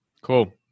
Cool